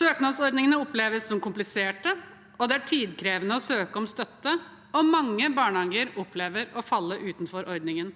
Søknadsordningene oppleves som kompliserte. Det er tidkrevende å søke om støtte, og mange barnehager opplever å falle utenfor ordningen.